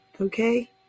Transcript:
okay